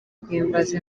guhimbaza